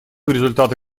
результаты